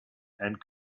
and